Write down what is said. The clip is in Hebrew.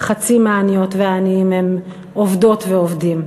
חצי מהעניות והעניים הם עובדות ועובדים.